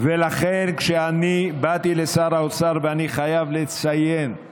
ולכן כשאני באתי לשר האוצר, ואני חייב לציין,